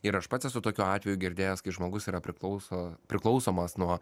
ir aš pats esu tokių atvejų girdėjęs kai žmogus yra priklauso priklausomas nuo